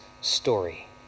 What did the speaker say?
story